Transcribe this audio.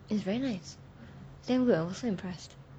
it's very nice then we were so impressed